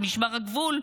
הוא משמר הגבול.